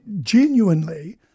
genuinely